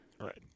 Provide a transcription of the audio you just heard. Right